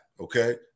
okay